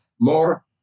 more